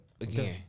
again